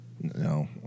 No